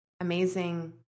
amazing